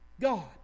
God